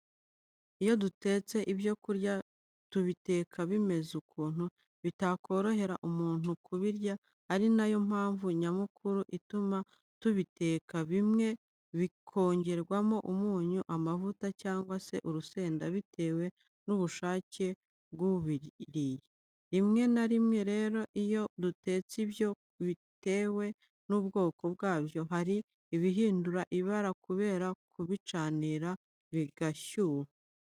Iyo dutetse ibyo kurya tubiteka bimeze ukuntu bitakorohera umuntu kubirya, ari na yo mpamvu nyamukuru ituma tubiteka, bimwe bikongerwamo umunyu, amavuta cyangwa se urusenda bitewe n'ubushake bw'uri bubirye. Rimwe na rimwe rero iyo dutetse ibiryo bitewe n'ubwoko bwabyo hari ibihindura ibara kubera kubicanira bigashyuha.